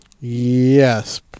yes